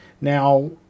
now